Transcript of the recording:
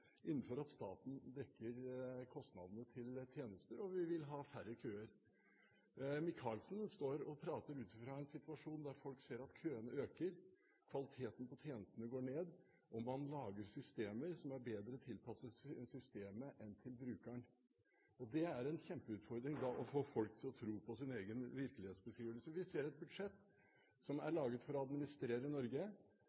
innenfor at staten dekker kostnadene til tjenester, og vi vil ha færre køer. Micaelsen står og prater ut fra en situasjon der folk ser at køene øker, kvaliteten på tjenestene går ned, og man lager systemer som er bedre tilpasset systemet enn brukeren. Det er da en kjempeutfordring å få folk til å tro på sin egen virkelighetsbeskrivelse. Vi ser et budsjett som er